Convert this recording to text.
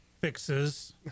fixes